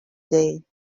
day